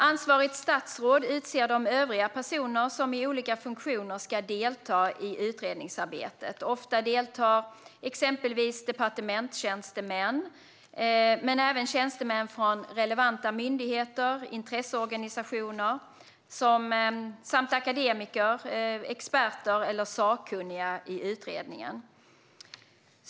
Ansvarigt statsråd utser de övriga personer som i olika funktioner ska delta i utredningsarbetet. Ofta deltar exempelvis departementstjänstemän, men även tjänstemän från relevanta myndigheter och intresseorganisationer samt akademiker, som experter eller sakkunniga i utredningen.